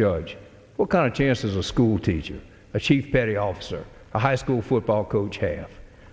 judge what kind of chance is a schoolteacher a chief petty officer a high school football coach a